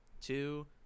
two